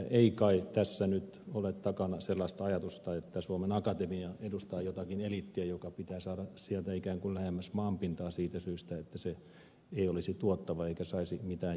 ei kai tässä nyt ole takana sellaista ajatusta että suomen akatemia edustaa jotakin eliittiä joka pitää saada sieltä ikään kuin lähemmäs maan pintaa siitä syystä että se ei olisi tuottava eikä saisi mitään järkevää aikaan